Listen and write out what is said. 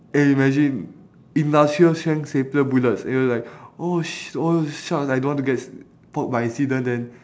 eh imagine industrial strength stapler bullets and you'll like oh shi~ oh shucks I don't want to get s~ poke by accident then